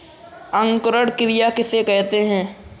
अंकुरण क्रिया किसे कहते हैं?